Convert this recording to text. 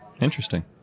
Interesting